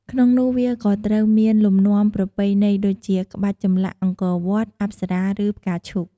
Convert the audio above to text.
ក្នុងនោះ វាក៏ត្រូវមានលំនាំប្រពៃណីដូចជា ក្បាច់ចម្លាក់អង្គរវត្ត អប្សរា ឬ ផ្កាឈូក។